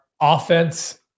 offense